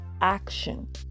action